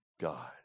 God